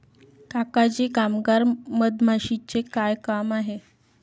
काका जी कामगार मधमाशीचे काय काम आहे